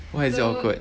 why is it awkward